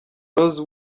rose